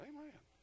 Amen